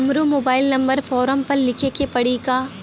हमरो mobile number form पर लिखे के पड़ी का?